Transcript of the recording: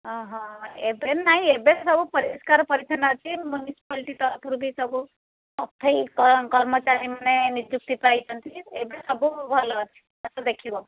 ହଁ ହଁ ଏବେ ନାଇଁ ଏବେ ସବୁ ପରିଷ୍କାର ପରିଚ୍ଛନ୍ନ ଅଛି ମୁନିସିପାଲଟି ତରଫରୁ ବି ସବୁ ସଫେଇ କର୍ମଚାରୀମାନେ ନିଯୁକ୍ତି ପାଇଛନ୍ତି ଏବେ ସବୁ ଭଲ ଅଛି ଆସ ଦେଖିବ